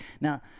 Now